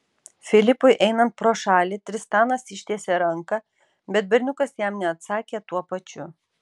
filipui einant pro šalį tristanas ištiesė ranką bet berniukas jam neatsakė tuo pačiu